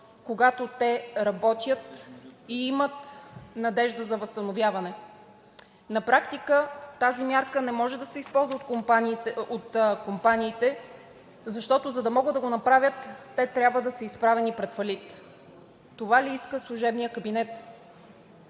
когато те работят и имат надежда за възстановяване. На практика тази мярка не може да се използва от компаниите, защото за да могат да го направят, те трябва да са изправени пред фалит. Това ли иска служебният кабинет?